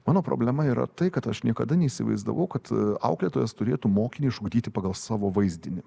mano problema yra tai kad aš niekada neįsivaizdavau kad auklėtojas turėtų mokinį išugdyti pagal savo vaizdinį